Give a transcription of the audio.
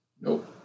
Nope